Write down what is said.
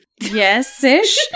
Yes-ish